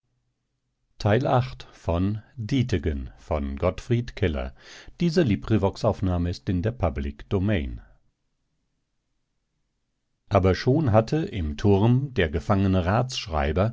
gottfried keller aber schon hatte im turm der